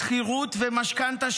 שכירות ומשכנתה,